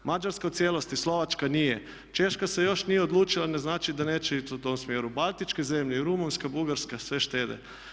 Mađarska u cijelosti, Slovačka nije, Češka se još nije odlučila ne znači da neće ići u tom smjeru, Baltičke zemlje, Rumunjska, Bugarska sve štede.